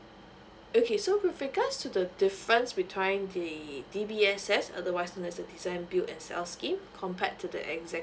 okay so with regards to the difference between the D_B_S_S otherwise known as design build and sell scheme compared to the